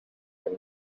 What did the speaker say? but